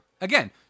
again